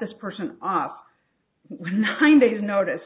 this person off find these notice